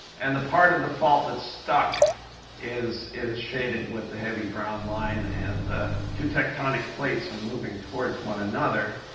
and the part of the fault that's stuck is is shaded with the heavy brown line. and the two tectonic plates are moving towards one another.